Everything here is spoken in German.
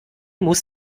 muss